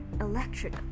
electric